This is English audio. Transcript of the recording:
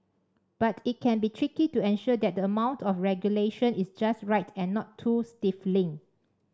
but it can be tricky to ensure that the amount of regulation is just right and not too stifling